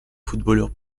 footballeur